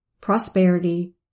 prosperity